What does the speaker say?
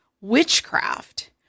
witchcraft